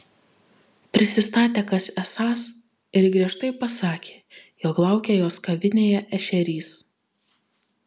prisistatė kas esąs ir griežtai pasakė jog laukia jos kavinėje ešerys